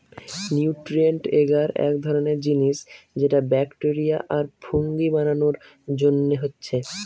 nutrient এগার এক ধরণের জিনিস যেটা ব্যাকটেরিয়া আর ফুঙ্গি বানানার জন্যে হচ্ছে